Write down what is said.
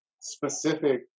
specific